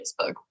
Facebook